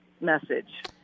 message